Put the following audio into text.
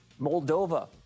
Moldova